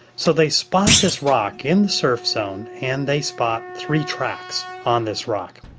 so they spot this rock in the surf zone and they spot three tracks on this rock.